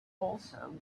also